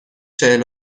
چهل